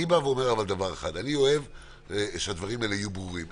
אני אוהב שהדברים האלה יהיו ברורים.